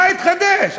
מה התחדש?